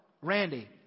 Randy